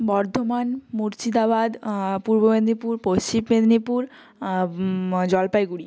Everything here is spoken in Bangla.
বর্ধমান মুর্শিদাবাদ পূর্ব মেদিনীপুর পশ্চিম মেদিনীপুর জলপাইগুড়ি